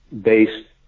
based